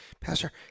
Pastor